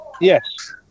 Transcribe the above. Yes